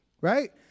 Right